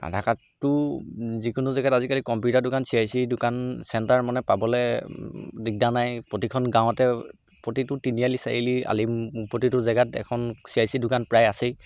আধাৰ কাৰ্ডটো যিকোনো জেগাত আজিকালি কম্পিউটাৰ দোকান চি আই চি দোকান চেণ্টাৰ মানে পাবলৈ দিগদাৰ নাই প্ৰতিখন গাঁৱতে প্ৰতিটো তিনিআলি চাৰিআলি আলি প্ৰতিটো জেগাত এখন চি আই চি দোকান প্ৰায় আছেই